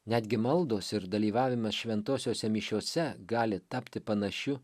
netgi maldos ir dalyvavimas šventosiose mišiose gali tapti panašiu